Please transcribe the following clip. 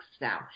now